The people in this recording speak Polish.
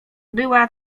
była